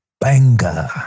Banger